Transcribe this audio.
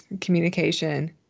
communication